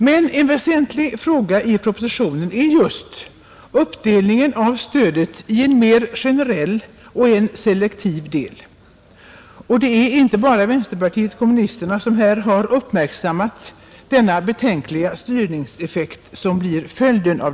Men en väsentlig fråga i propositionen är just uppdelningen av stödet i en generell del och en selektiv del. Det är inte bara vänsterpartiet kommunisterna som har uppmärksammat den betänkliga styrningseffekt som blir följden.